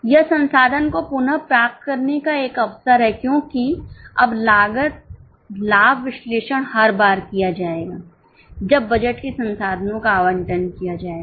यह संसाधन को पुनः प्राप्त करने का एक अवसर है क्योंकि अब लागत लाभ विश्लेषण हर बार किया जाएगा जब बजट केसंसाधनों का आवंटन किया जाएगा